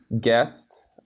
Guest